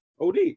Od